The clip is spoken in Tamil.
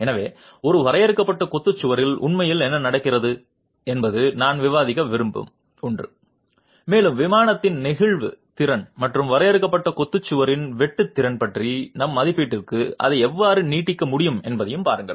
எனவே ஒரு வரையறுக்கப்பட்ட கொத்து சுவரில் உண்மையில் என்ன நடக்கிறது என்பது நான் விவாதிக்க விரும்பும் ஒன்று மேலும் விமானத்தில் நெகிழ்வு திறன் மற்றும் வரையறுக்கப்பட்ட கொத்து சுவரின் வெட்டு திறன் பற்றிய நம் மதிப்பீடுகளுக்கு அதை எவ்வாறு நீட்டிக்க முடியும் என்பதைப் பாருங்கள்